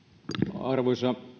arvoisa